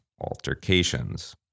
altercations